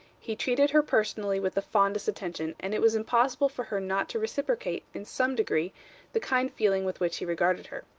he treated her personally with the fondest attention, and it was impossible for her not to reciprocate in some degree the kind feeling with which he regarded her.